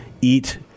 eat